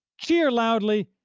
cheer loudly,